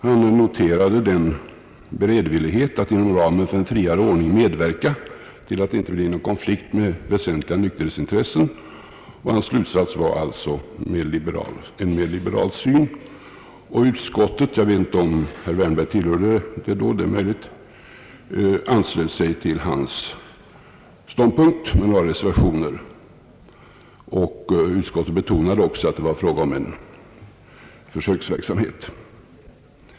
Han noterade den beredvillighet som fanns att inom ramen för en friare ordning medverka till att det inte blir någon konflikt med väsentliga nykterhetsintressen. Hans slutsats var alltså en mer liberal syn. Utskottet — jag vet inte om herr Wärnberg tillhörde det år 1957, men det är möjligt — anslöt sig till hans ståndpunkt. Men det fanns reservationer, och utskottet betonade också att det var fråga om en försöksverksamhet.